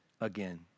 again